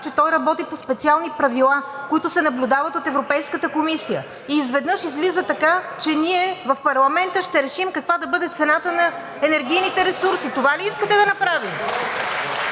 че той работи по специални правила, които се наблюдават от Европейската комисия. Изведнъж излиза така, че ние в парламента ще решим каква да бъде цената на енергийните ресурси. Това ли искате да направим?!